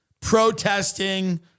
protesting